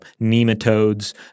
nematodes